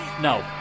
No